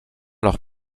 leurs